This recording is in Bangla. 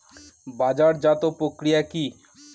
বাজারজাতও প্রক্রিয়া কি?